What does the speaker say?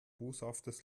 boshaftes